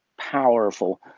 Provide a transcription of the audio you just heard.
powerful